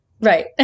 Right